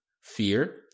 fear